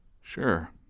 Sure